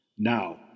Now